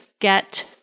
get